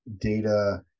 data